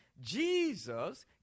Jesus